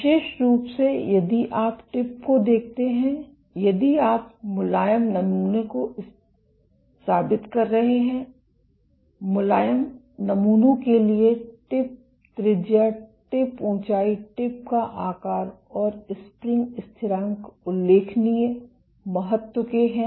विशेष रूप से यदि आप टिप को देखते हैं यदि आप मुलायम नमूने को साबित कर रहे हैं मुलायम नमूनों के लिए टिप त्रिज्या टिप ऊंचाई टिप का आकार और स्प्रिंग स्थिरांक उल्लेखनीय महत्व के हैं